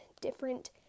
different